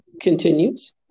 continues